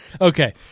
Okay